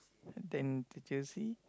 then the jersey